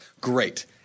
Great